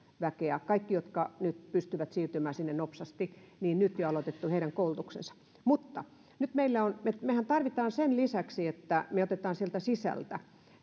väkeä kaikkien niiden jotka nyt pystyvät siirtymään sinne nopsasti koulutus on nyt jo aloitettu mutta mehän tarvitsemme nyt sen lisäksi että me otamme sieltä sisältä